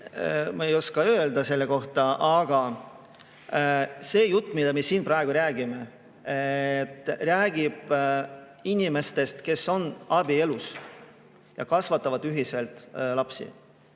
Ma ei oska selle kohta midagi öelda. Aga see jutt, mida me siin praegu räägime, räägib inimestest, kes on abielus ja kasvatavad ühiselt lapsi.